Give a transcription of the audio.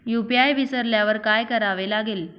UPI विसरल्यावर काय करावे लागेल?